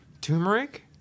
Turmeric